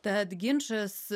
tad ginčas